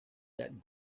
that